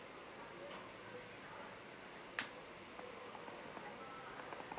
mmhmm